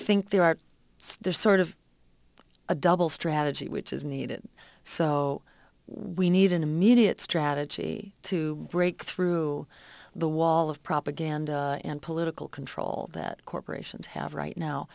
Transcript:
think there are there's sort of a double strategy which is needed so we need an immediate strategy to break through the wall of propaganda and political control that corporations have right now